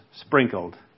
sprinkled